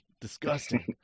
disgusting